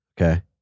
Okay